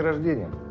ah victim